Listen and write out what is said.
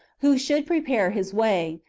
who should prepare his way,